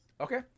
Okay